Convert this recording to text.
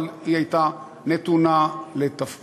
אבל היא הייתה נתונה לאחריותו.